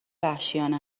وحشیانه